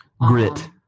Grit